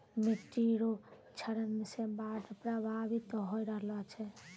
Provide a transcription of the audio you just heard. मिट्टी रो क्षरण से बाढ़ प्रभावित होय रहलो छै